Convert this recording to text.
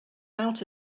out